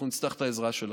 אנחנו נצטרך את העזרה שלכם.